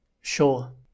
Sure